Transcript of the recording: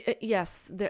Yes